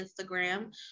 Instagram